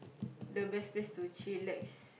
the best to chillax